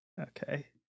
Okay